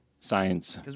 science